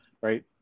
right